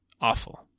Awful